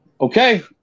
Okay